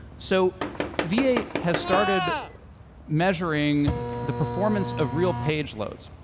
so v eight has started measuring the performance of real page loads.